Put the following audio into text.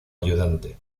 ayudante